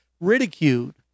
ridiculed